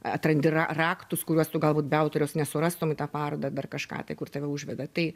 atrandi raktus kuriuos tu galbūt be autoriaus nesurastum į tą parodą dar kažką tai kur tave užveda tai